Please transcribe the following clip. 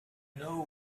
know